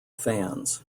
fans